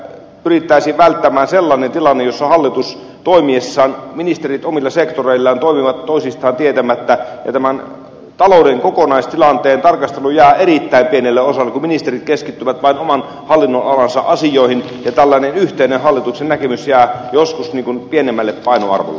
elikkä pyrittäisiin välttämään sellainen tilanne jossa hallitus toimiessaan ja ministerit omilla sektoreillaan toimivat toisistaan tietämättä ja tämän talouden kokonaistilanteen tarkastelu jää erittäin pienelle osalle kun ministerit keskittyvät vain oman hallinnonalansa asioihin ja yhteinen hallituksen näkemys jää joskus pienemmälle painoarvolle